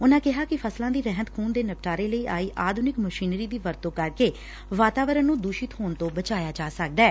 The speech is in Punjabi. ਉਨੂਾ ਕਿਹਾ ਕਿ ਫਸਲਾਂ ਦੀ ਰਹਿੰਦ ਖੁੰਹਦ ਦੇ ਨਿਪਟਾਰੇ ਲਈ ਆਈ ਆਧੁਨਿਕ ਮਸ਼ੀਨਰੀ ਦੀ ਵਰਤੋਂ ਕਰਕੇ ਵਾਤਾਵਰਨ ਨੂੰ ਦੂਸ਼ਿਤ ਹੋਣ ਤੋਂ ਬਚਾਇਆ ਜਾ ਸਕਦੈ